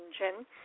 engine